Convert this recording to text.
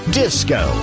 disco